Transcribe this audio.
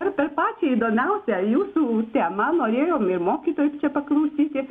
per per pačią įdomiausią jūsų temą norėjom ir mokytojus čia paklausyti